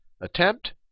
attempt